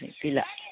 गैला